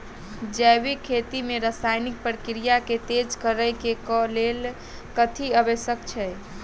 जैविक खेती मे रासायनिक प्रक्रिया केँ तेज करै केँ कऽ लेल कथी आवश्यक छै?